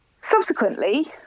subsequently